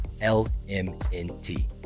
L-M-N-T